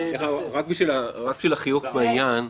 רק בשביל החיוך שבעניין,